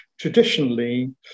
traditionally